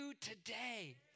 Today